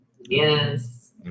Yes